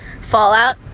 Fallout